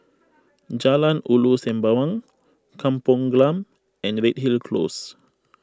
Jalan Ulu Sembawang Kampong Glam and Redhill Close